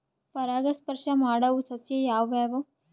ಪರಾಗಸ್ಪರ್ಶ ಮಾಡಾವು ಸಸ್ಯ ಯಾವ್ಯಾವು?